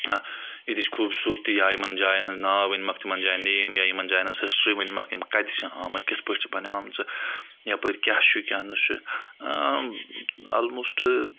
یَتِچ خوٗبصوٗرتی یا یِمَن جایَن ہٕنٛز ناو ؤنۍ مَکھ تِمَن جایَن نِیِم یا یِمَن جایَن ہٕنٛز ہِسٹٕرِی ؤنِۍ مَکھ یِم کَتہِ چھِ آمٕتۍ کِتھ پٲٹھۍ چھِ پَننؠن آمژٕ یَپٲرۍ کیاہ چھُ کیاہ نہٕ چھُ آلمُوسٹہٕ